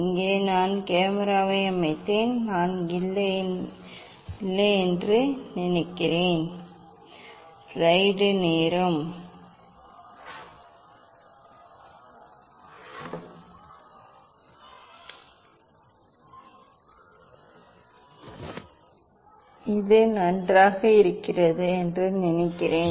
இங்கே நான் கேமராவை அமைத்தேன் நான் இல்லை என்று நினைக்கிறேன் இது நன்றாக இருக்கிறது என்று நினைக்கிறேன்